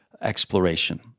exploration